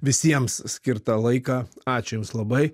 visiems skirtą laiką ačiū jums labai